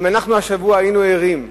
אם אנחנו השבוע היינו ערים,